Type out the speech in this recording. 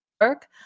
work